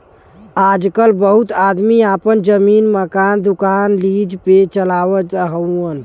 आजकल बहुत आदमी आपन जमीन, मकान, दुकान लीज पे चलावत हउअन